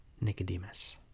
Nicodemus